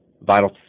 vital